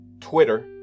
Twitter